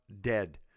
dead